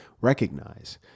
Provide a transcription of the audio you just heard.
recognize